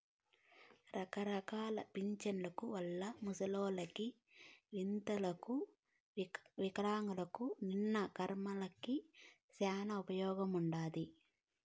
రకరకాల పింఛన్ల వల్ల ముసలోళ్ళకి, వితంతువులకు వికలాంగులకు, నిన్న కార్మికులకి శానా ఉపయోగముండాది